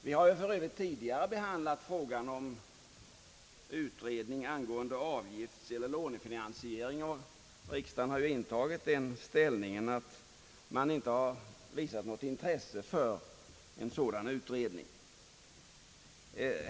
Vi har för Övrigt tidigare behandlat frågan om utredning angående avgiftseller lånefinansiering, och riksdagen har då inte visat något intresse för en sådan utredning.